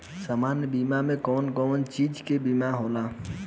सामान्य बीमा में कवन कवन चीज के बीमा होला?